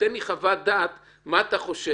תן לי חוות דעת מה אתה חושב.